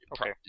Okay